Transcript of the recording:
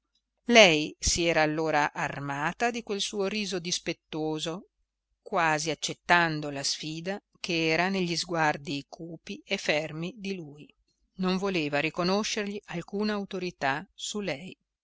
lei si era allora armata di quel suo riso dispettoso quasi accettando la sfida ch'era negli sguardi cupi e fermi di lui non voleva riconoscergli alcuna autorità su lei